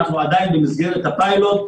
ואנחנו עדיין במסגרת הפיילוט,